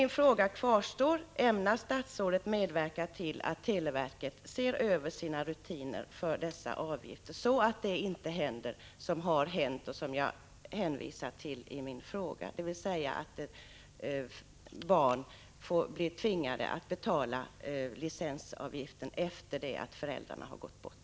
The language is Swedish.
Min fråga kvarstår: Ämnar statsrådet medverka till att televerket ser över sina rutiner för dessa avgifter, så att det inte blir som jag har redovisat i min fråga, nämligen att barn blir tvingade att betala licensavgifter sedan föräldrarna har gått bort?